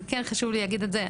כן חשוב לי להגיד את זה.